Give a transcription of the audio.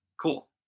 cool